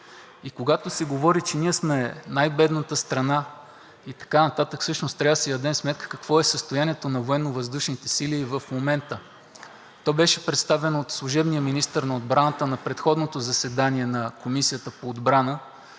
и когато се говори, че ние сме най-бедната страна и така нататък, всъщност трябва да си дадем сметка какво е състоянието на Военновъздушните сили в момента. Беше представено от служебния министър на отбраната на предходното заседание на Комисията по отбрана,